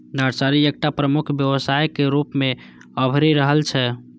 nursery एकटा प्रमुख व्यवसाय के रूप मे अभरि रहल छै